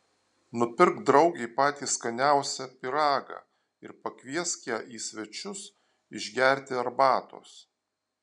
nupirk draugei patį skaniausią pyragą ir pakviesk ją į svečius išgerti arbatos